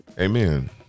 Amen